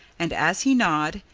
and as he gnawed,